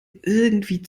irgendwie